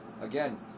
again